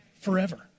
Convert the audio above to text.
forever